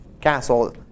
castle